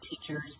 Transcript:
teachers